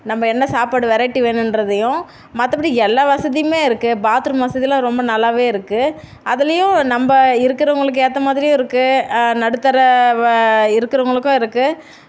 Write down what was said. நம்ம என்ன சாப்பாடு வெரைட்டி வேணுன்றதையும் மற்றபடி எல்லா வசதியுமே இருக்குது பாத்ரூம் வசதிலாம் ரொம்ப நல்லாவே இருக்குது அதுலேயும் நம்ம இருக்கிறவங்களுக்கு ஏற்றமாதிரியும் இருக்குது நடுத்தர வ இருக்கிறவங்களுக்கும் இருக்குது